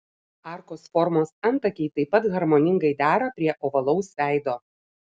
arkos formos antakiai taip pat harmoningai dera prie ovalaus veido